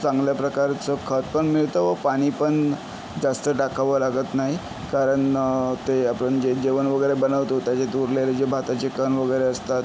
चांगल्या प्रकारचं खतपन मिळतं व पाणीपण जास्त टाकावं लागत नाही कारण ते आपण जे जेवण वगैरे बनवतो त्याच्यात उरलेले जे भाताचे कण वगैरे असतात